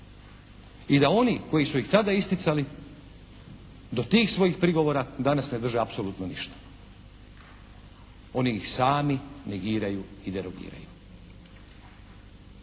I da oni koji su ih tada isticali do tih svojih prigovora danas ne drže apsolutno ništa. Oni ih sami negiraju i derogiraju.